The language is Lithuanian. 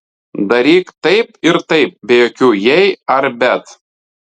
daryk taip ir taip be jokių jei ar bet